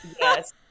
yes